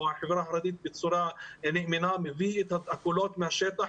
את החברה החרדית מייצג בצורה נאמנה ומביא את הקולות מהשטח.